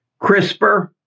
CRISPR